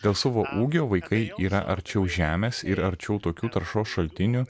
dėl savo ūgio vaikai yra arčiau žemės ir arčiau tokių taršos šaltinių